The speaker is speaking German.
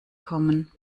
kommen